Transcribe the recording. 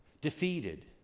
defeated